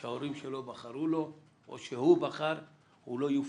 שההורים שלו בחרו לו או שהוא בחר, הוא לא יופלה.